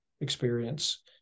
experience